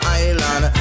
island